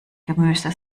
gemüse